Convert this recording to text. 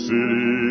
City